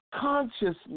consciousness